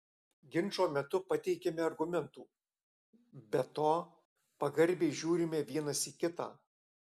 ginčo metu pateikiame argumentų be to pagarbiai žiūrime vienas į kitą